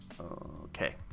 okay